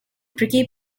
tricky